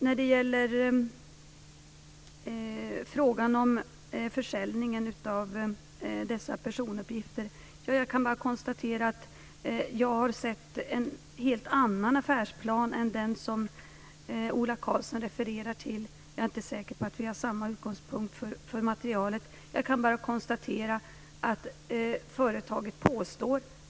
När det gäller frågan om försäljning av personuppgifter kan jag konstatera att jag har sett en helt annan affärsplan än den som Ola Karlsson refererar till. Jag är inte säker på att materialet har samma utgångspunkt.